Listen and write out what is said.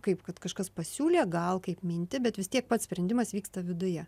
kaip kad kažkas pasiūlė gal kaip mintį bet vis tiek pats sprendimas vyksta viduje